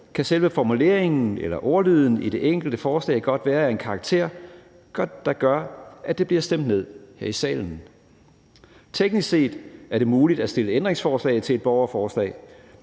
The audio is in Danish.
kan selve formuleringen eller ordlyden i det enkelte forslag godt være af en karakter, der gør, at det bliver stemt ned her i salen. Teknisk set er det muligt at stille ændringsforslag til et borgerforslag,